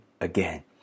again